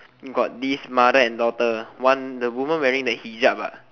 got this mother and daughter one the woman wearing the hijab ah